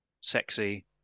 sexy